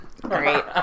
Great